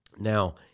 Now